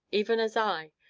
even as i,